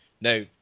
now